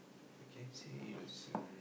I can say it's um